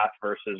versus